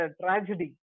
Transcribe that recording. tragedy